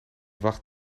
wacht